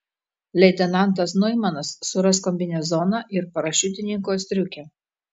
leitenantas noimanas suras kombinezoną ir parašiutininko striukę